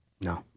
No